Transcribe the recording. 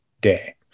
day